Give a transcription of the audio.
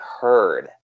heard